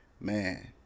man